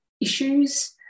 issues